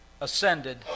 ascended